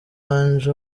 angel